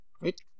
Wait